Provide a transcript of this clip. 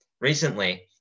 Recently